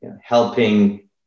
helping